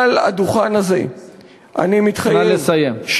מעל הדוכן הזה אני מתחייב,